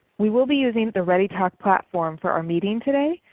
we will be using the readytalk platform for our meeting today.